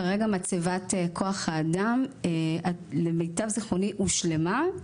כרגע מצבת כוח האדם, למיטב זיכרוני, הושלמה,